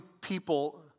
people